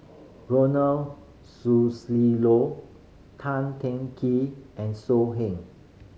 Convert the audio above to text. Ronald Susilo Tan Teng Kee and So Heng